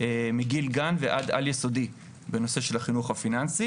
מגיל גן ועד על-יסודי בנושא של החינוך הפיננסי